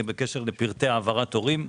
בקשר לפרטי העברת ההורים,